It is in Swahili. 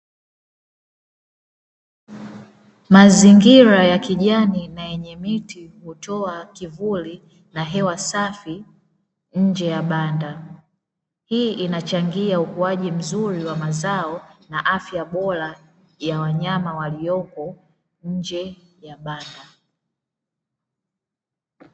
Mazingira ya kijani na yenye miti hutoa kivuli na hewa safi nje ya banda, hii inachangia ukuaji mzuri wa mazao na afya bora ya wanyama waliopo nje ya banda.